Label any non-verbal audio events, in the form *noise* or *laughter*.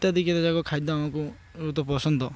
ଇତ୍ୟାଦି *unintelligible* ଜାକ ଖାଦ୍ୟ ଆମକୁ ବହୁତ ପସନ୍ଦ